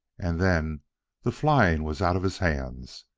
and then the flying was out of his hands.